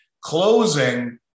closing